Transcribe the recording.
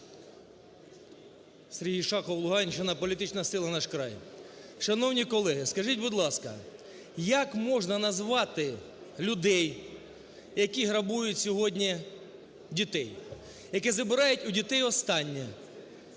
Сергій Шахов, Луганщина, політична сила "Наш край". Шановні колеги, скажіть, будь ласка, як можна назвати людей, які грабують сьогодні дітей, які забирають у дітей останнє?